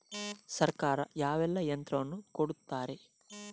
ಸರ್ಕಾರ ಯಾವೆಲ್ಲಾ ಯಂತ್ರವನ್ನು ಕೊಡುತ್ತಾರೆ?